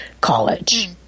college